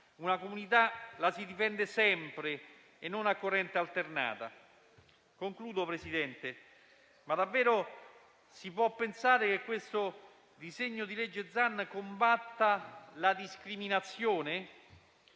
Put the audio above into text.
Una comunità la si difende sempre e non a corrente alternata. Signor Presidente, davvero si può pensare che questo disegno di legge Zan combatta la discriminazione?